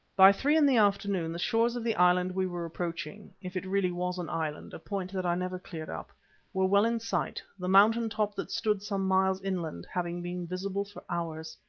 by three in the afternoon the shores of the island we were approaching if it really was an island, a point that i never cleared up were well in sight, the mountain top that stood some miles inland having been visible for hours.